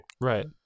right